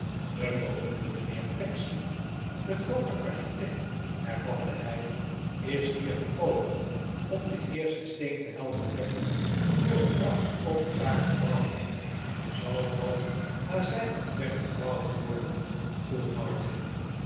de beroemde mijnheer pecksniff de groote architect hervatte hij is hier gekomen om den eersten steen te helpen leggen voor een prachtig openbaar gebouw zal dat naar zijn ontwerp gebouwd'worden vroeg martin